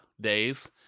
days